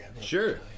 Sure